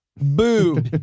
boo